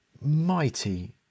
mighty